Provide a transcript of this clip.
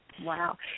Wow